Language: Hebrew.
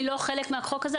היא לא חלק מהחוק הזה.